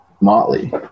Motley